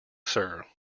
sir